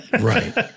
right